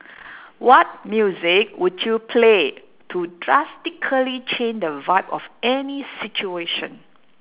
what music would you play to drastically change the vibe of any situation